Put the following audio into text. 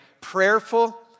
Prayerful